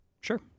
Sure